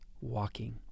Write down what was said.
walking